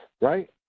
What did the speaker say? right